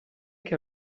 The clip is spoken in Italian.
che